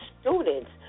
students